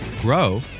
grow